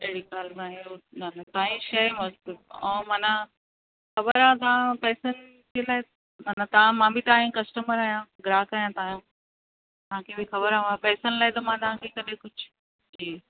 अहिड़ी ॻाल्हि नाहे माना तव्हां जी शइ मस्तु आउ माना ख़बर आहे तव्हां पेसनि जे लाइ माना मां बि तव्हां जी कस्टमर आहियां ग्राहक आहियां तव्हां जी तव्हां खे बि ख़बर आहे मां पेसनि लाइ त मां कॾहिं कुझु